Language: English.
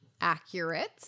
accurate